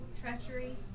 treachery